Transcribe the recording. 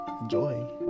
Enjoy